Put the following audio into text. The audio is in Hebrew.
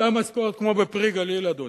אותה משכורת כמו ב"פרי הגליל", אדוני.